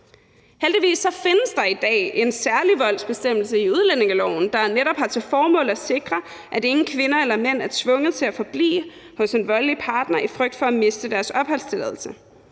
Heldigvis findes der i dag en særlig voldsbestemmelse i udlændingeloven, der netop har til formål at sikre, at ingen kvinder eller mænd er tvunget til at forblive hos en voldelig partner af frygt for at miste deres opholdstilladelse.